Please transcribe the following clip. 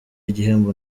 igihembo